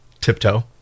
Tiptoe